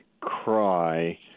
cry